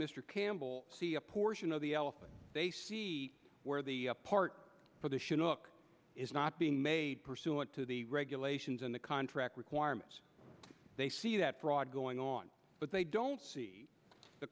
mr campbell see a portion of the elephant they see where the part for the chinook is not being made pursuant to the regulations and the contract requirements they see that fraud going on but they don't see the